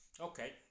Okay